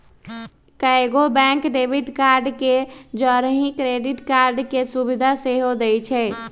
कएगो bank debit card के जौरही क्रेडिट कार्ड के सुभिधा सेहो देइ छै